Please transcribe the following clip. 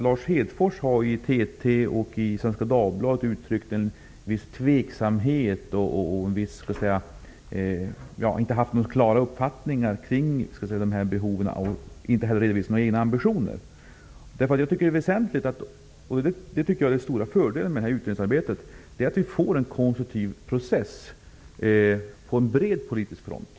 Lars Hedfors har nämligen i TT och i Svenska Dagbladet uttryckt en viss tveksamhet kring detta, han har inte haft någon klar uppfattning i fråga om de här behoven och inte heller redovisat några egna ambitioner. Jag menar att den stora fördelen med ett utredningsarbete är att vi får en konstruktiv process på en bred politisk front.